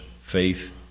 faith